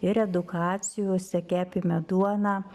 ir edukacijose kepėme duoną